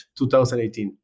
2018